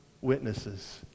witnesses